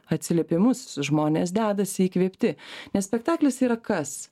atsiliepimus žmonės dedasi įkvėpti nes spektaklis yra kas